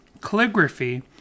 Calligraphy